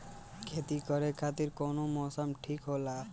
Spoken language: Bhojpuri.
खेती करे खातिर कौन मौसम ठीक होला?